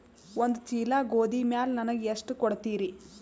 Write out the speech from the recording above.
ಒಂದ ಚೀಲ ಗೋಧಿ ಮ್ಯಾಲ ನನಗ ಎಷ್ಟ ಕೊಡತೀರಿ?